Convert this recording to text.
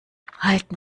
halten